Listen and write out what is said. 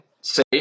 safe